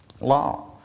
law